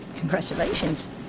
Congratulations